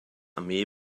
armee